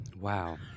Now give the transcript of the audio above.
Wow